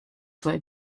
played